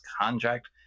contract